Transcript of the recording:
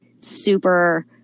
super